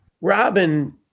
Robin